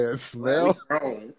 smell